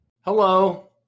Hello